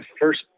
first